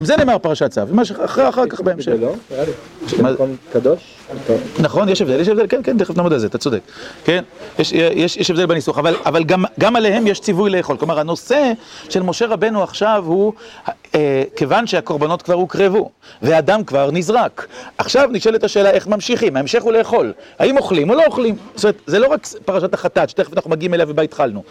זה נאמר בפרשת צו, ומה שאחרי, אחר-כך בהמשך. -בגללו, היה לי מקום קדוש. -נכון, יש הבדל, יש הבדל, כן, כן, תכף נעמוד על זה, אתה צודק. כן, יש... יש הבדל בניסוח, אבל גם... גם עליהם יש ציווי לאכול. כלומר, הנושא של משה רבנו עכשיו הוא, כיוון שהקורבנות כבר הוקרבו, והדם כבר נזרק, עכשיו נשאלת השאלה איך ממשיכים, ההמשך הוא לאכול. האם אוכלים או לא אוכלים? זאת אומרת, זה לא רק פרשת החטאת, שתכף אנחנו מגיעים אליה ובה התחלנו.